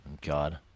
God